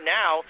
now